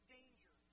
danger